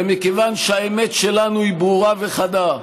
ומכיוון שהאמת שלנו היא ברורה וחדה,